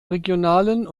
regionalen